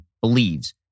believes